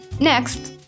Next